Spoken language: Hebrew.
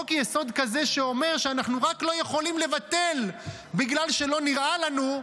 חוק-יסוד כזה שאומר שאנחנו רק לא יכולים לבטל בגלל שלא נראה לנו,